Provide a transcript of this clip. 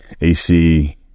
AC